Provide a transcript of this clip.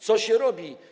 co się robi.